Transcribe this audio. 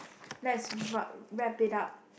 let's rub wrap it up